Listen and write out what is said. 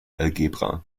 algebra